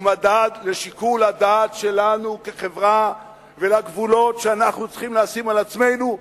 הוא מדד לשיקול הדעת שלנו כחברה ולגבולות שאנחנו צריכים לשים על עצמנו,